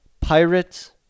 pirates